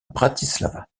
bratislava